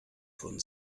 von